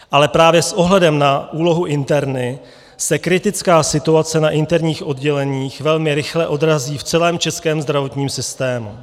Ale právě s ohledem na úlohu interny se kritická situace na interních odděleních velmi rychle odrazí v celém českém zdravotním systému.